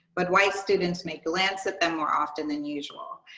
but white students may glance at them more often than usual.